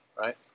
right